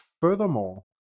furthermore